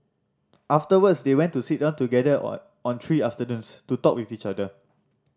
afterwards they want to sit down together on on three afternoons to talk with each other